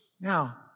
Now